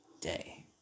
day